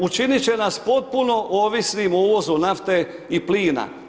Učinit će nas potpuno ovisnim o uvozu nafte i plina.